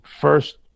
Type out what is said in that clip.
first